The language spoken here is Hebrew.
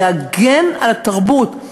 להגן על התרבות,